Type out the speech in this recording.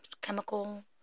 chemical